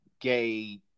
gay